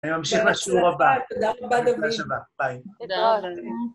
‫אני ממשיך לשיעור הבא. ‫-בהצלחה, תודה רבה דוד. ‫תודה שבאת, ביי. ‫-תודה רבה.